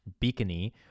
beacony